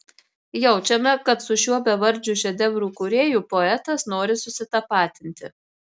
jaučiame kad su šiuo bevardžiu šedevrų kūrėju poetas nori susitapatinti